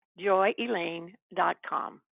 JoyElaine.com